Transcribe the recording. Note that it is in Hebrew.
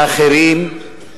לאחרים.